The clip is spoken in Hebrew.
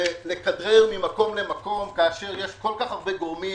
ולכדרר ממקום למקום כאשר יש כל כך הרבה גורמים